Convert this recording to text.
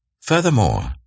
Furthermore